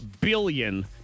billion